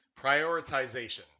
Prioritization